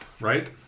Right